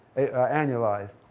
annualized.